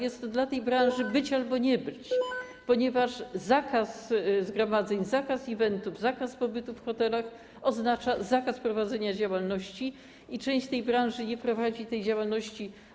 Jest to dla tej branży być albo nie być, ponieważ zakaz zgromadzeń, zakaz eventów, zakaz pobytu w hotelach oznacza zakaz prowadzenia działalności i część tej branży nie prowadzi działalności.